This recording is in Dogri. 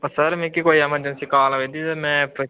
ओ सर मिकी कोई ऐमरजेंसी काल आवै करदी ते में फ्ही